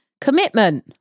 Commitment